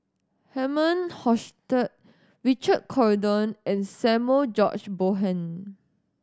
Herman Hochstadt Richard Corridon and Samuel George Bonham